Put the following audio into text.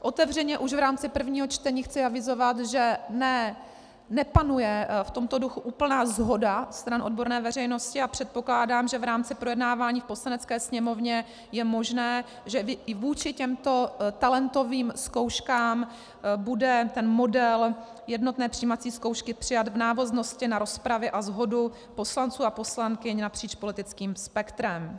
Otevřeně už v rámci prvního čtení chci avizovat, že nepanuje v tomto duchu úplná shoda stran odborné veřejnosti, a předpokládám, že v rámci v projednávání v Poslanecké sněmovně je možné, že i vůči těmto talentovým zkouškám bude model jednotné přijímací zkoušky přijat v návaznosti na rozpravy a shodu poslanců a poslankyň napříč politickým spektrem.